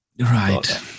Right